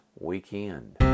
weekend